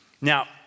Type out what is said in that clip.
Now